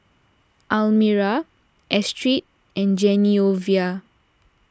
Almyra Astrid and Genoveva